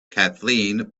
kathleen